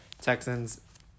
Texans